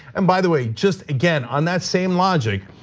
and by the way, just again, on that same logic,